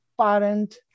parent